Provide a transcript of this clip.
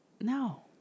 No